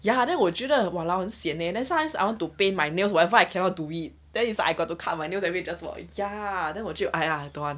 ya then 我觉得 !walao! 很 sian eh sometimes I want to paint my nails whatever I cannot do it then is I got to cut my nails then 我就 I don't want